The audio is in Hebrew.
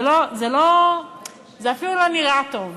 זה אפילו לא נראה טוב,